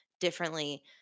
differently